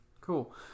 Cool